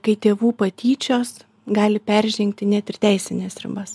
kai tėvų patyčios gali peržengti net ir teisines ribas